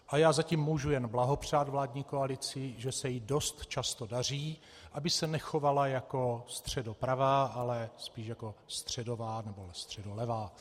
A já zatím můžu jen blahopřát vládní koalici, že se jí dost často daří, aby se nechovala jako středopravá, ale spíše jako středová nebo středolevá.